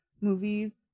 movies